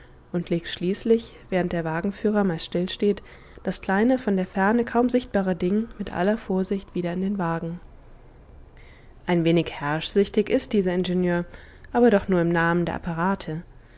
und legt schließlich während der wagenführer meist stillsteht das kleine von der ferne kaum sichtbare ding mit aller vorsicht wieder in den wagen ein wenig herrschsüchtig ist dieser ingenieur aber doch nur im namen der apparate